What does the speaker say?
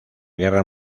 guerra